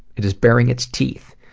it's baring its teeth.